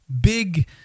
big